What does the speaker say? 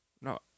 No